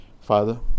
Father